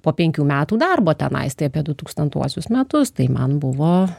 po penkių metų darbo tenais tai apie du tūkstantuosius metus tai man buvo